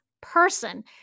person